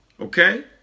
okay